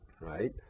right